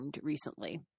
recently